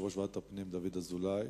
יושב-ראש ועדת הפנים דוד אזולאי,